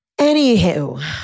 Anywho